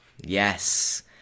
Yes